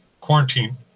quarantine